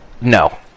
No